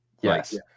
Yes